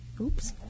Oops